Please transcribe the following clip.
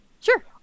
sure